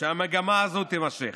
שהמגמה הזאת תימשך.